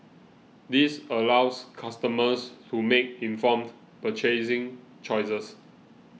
this allows customers to make informed purchasing choices